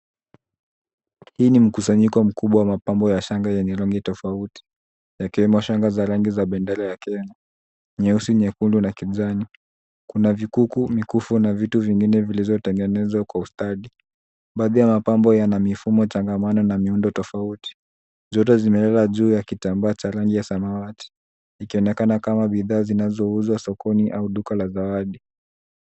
Hii ni mkusanyiko mubwa wa mapambo ya shanga yenye rangi tofauti, yakiwemo shanga za rangi ya bendera ya Kenya, nyeusi, nyekundu na kijani. Kuna vikuku, mikufu na vitu vingine vilivyotengenezwa kwa ustadi. Baadhi ya mapambo yana mifumo changamano na miundo tofauti. Zote zimelala juu ya kitambaa cha rangi ya samawati ikionekana kama bidhaa zinazouzwa sokoni au duka la zawadi.